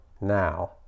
now